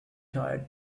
tired